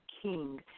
King